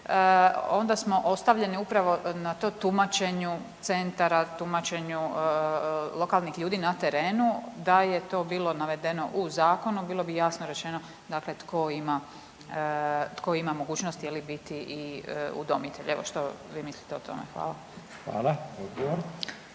onda smo ostavljeni upravo na tom tumačenju centara, tumačenja lokalnih ljudi na terenu da je to bilo navedeno u zakonu bilo bi jasno rečeno tko ima mogućnost biti i udomitelj. Evo što vi mislite o tome? Hvala.